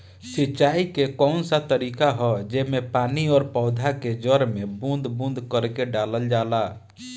सिंचाई क कउन सा तरीका ह जेम्मे पानी और पौधा क जड़ में बूंद बूंद करके डालल जाला?